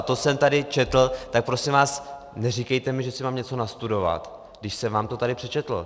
To jsem tady četl, tak prosím vás, neříkejte mi, že si mám něco nastudovat, když jsem vám to tady přečetl!